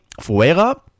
Fuera